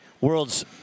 world's